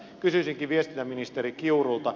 kysyisinkin viestintäministeri kiurulta